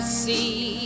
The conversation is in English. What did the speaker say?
see